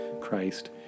Christ